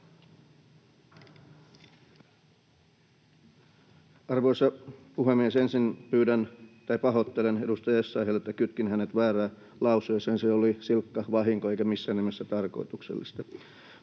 Arvoisa puhemies! Ensin pahoittelen edustaja Essayahille, että kytkin hänet väärään lauseeseen. Se oli silkka vahinko eikä missään nimessä tarkoituksellista.